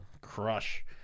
crush